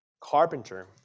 carpenter